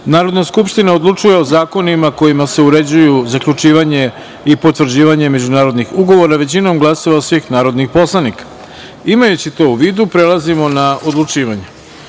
Narodna skupština odlučuje o zakonima kojima se uređuju zaključivanje i potvrđivanje međunarodnih ugovora većinom glasova svih narodnih poslanika. Imajući to u vidu, prelazimo na odlučivanje. Prva